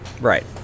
Right